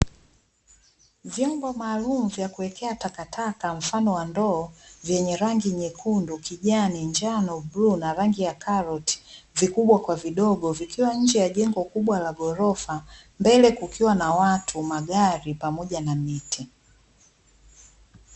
Vyombo maalum vya kuwekea takataka mfano wa ndoo vyenye rangi nyekundu, kijani, njano, bluu na rangi ya karoti vikubwa kwa vidogo vikiwa nje ya jengo kubwa la ghorofa mbele kukiwa na watu, magari pamoja na miti.